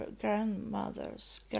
grandmothers